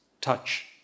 touch